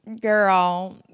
girl